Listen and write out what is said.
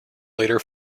later